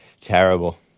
Terrible